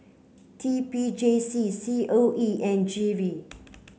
T P J C C O E and G V